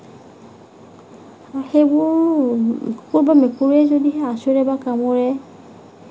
আৰু সেইবোৰ কুকুৰ বা মেকুৰীয়ে যদিহে আচোঁৰে বা কামোৰে